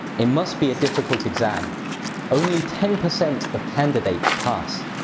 it must be a difficult exam only ten percent of candidates pass.